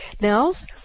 Nels